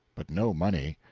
but no money.